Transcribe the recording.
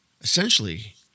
Essentially